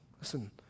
Listen